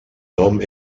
nom